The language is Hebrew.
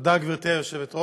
תודה, גברתי היושבת-ראש,